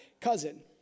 cousin